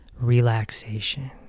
relaxation